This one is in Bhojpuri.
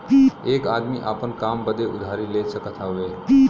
एक आदमी आपन काम बदे उधारी ले सकत हउवे